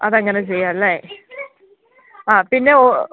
അത് അങ്ങനെ ചെയ്യാം അല്ലേ ആ പിന്നെ ഓ